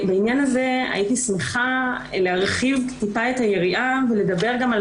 הייתי שמחה להרחיב את היריעה ולדבר גם על